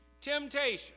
Temptation